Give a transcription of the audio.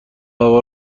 هوا